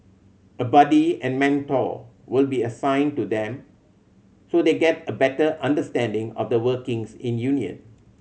a buddy and mentor will be assigned to them so they get a better understanding of the workings in union